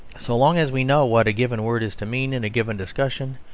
so long as we know what a given word is to mean in a given discussion,